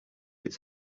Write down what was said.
it’s